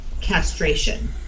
castration